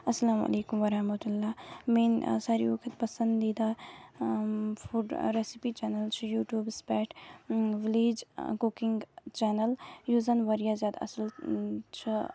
اسلامُ عَليكُم ورَحمَةُ الله میٲنۍ ساروِیَو کھۄتہٕ پسند دیدہ فُڈ ریسِپی چَنل چھِ یوٹُوبَس پٮ۪ٹھ وِلیج ککِنگ چَنل یُس زَن واریاہ ذیادٕ اصل چھےٚ